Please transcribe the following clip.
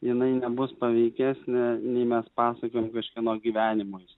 jinai nebus paveikesnė nei mes pasakojam kažkieno gyvenimus